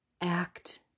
act